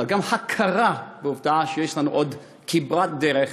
אבל גם הכרה בעובדה שיש לנו עוד כברת דרך